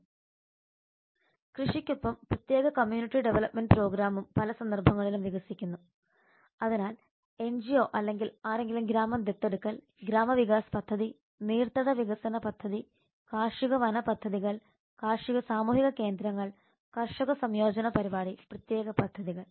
Refer Slide time 1042 കൃഷിക്കൊപ്പം പ്രത്യേക community development പ്രോഗ്രാമും പല സന്ദർഭങ്ങളിലും വികസിക്കുന്നു അതിനാൽ എൻജിഒ അല്ലെങ്കിൽ ആരെങ്കിലും ഗ്രാമം ദത്തെടുക്കൽ ഗ്രാമ വികാസ് പദ്ധതി നീർത്തട വികസന പദ്ധതി കാർഷിക വന പദ്ധതികൾ കർഷക സാമൂഹിക കേന്ദ്രങ്ങൾ കർഷക സംയോജന പരിപാടി പ്രത്യേക പദ്ധതികൾ